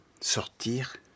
sortir